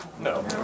No